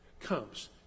comes